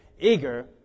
eager